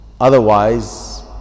Otherwise